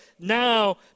now